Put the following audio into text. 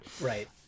Right